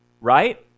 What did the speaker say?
Right